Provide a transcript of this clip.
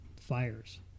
fires